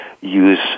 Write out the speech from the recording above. use